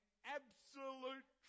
absolute